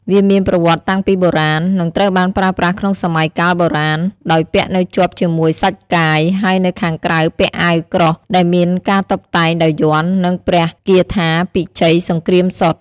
វាមានប្រវត្តិតាំងពីបុរាណ និងត្រូវបានប្រើប្រាស់ក្នុងសម័យកាលបុរាណ ដោយពាក់នៅជាប់ជាមួយសាច់កាយ ហើយនៅខាងក្រៅពាក់អាវក្រោះដែលមានការតុបតែងដោយយ័ន្ត និងព្រះគាថាពិជ័យសង្គ្រាមសុទ្ធ។